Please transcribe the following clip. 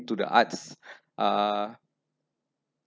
to the arts uh